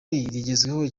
rigezweho